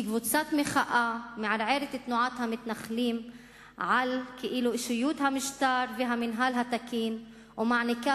כקבוצת מחאה מערערת תנועת המתנחלים על אושיות המשטר והמינהל התקין ומעניקה